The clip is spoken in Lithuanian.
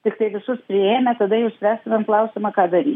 tiktai visus priėmę tada jau sprestumėm klausimą ką daryt